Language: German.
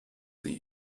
sie